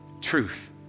truth